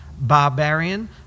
barbarian